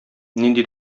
нинди